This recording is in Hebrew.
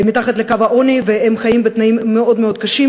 יחד עם כמה חברי כנסת ועם השר משה כחלון.